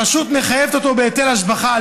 הרשות מחייבת אותו בהיטל השבחה.